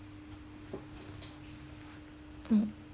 mm